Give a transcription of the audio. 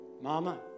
Mama